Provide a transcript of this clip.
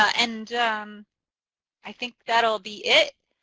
i and um i think that will be it.